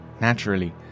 Naturally